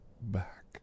back